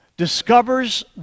discovers